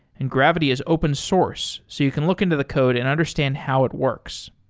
and gravity is open source so you can look into the code and understand how it works.